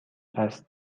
است